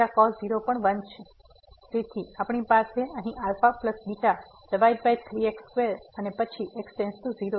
તેથી આપણી પાસે અહીં αβ ભાગ્યા 3 x2 અને પછી x→0 છે